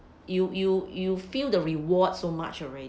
you you you feel the reward so much already